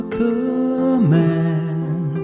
command